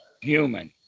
human